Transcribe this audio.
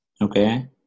Okay